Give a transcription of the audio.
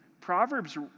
Proverbs